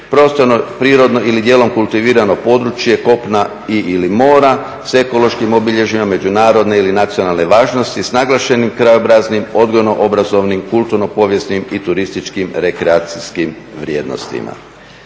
prostorno ili prirodno ili dijelom kultivirano područje kopna i ili mora s ekološkim obilježjima međunarodne ili nacionalne važnost s naglašenim krajobraznim, odgojno-obrazovnim, kulturno-povijesnim i turističkim rekreacijskim vrijednostima.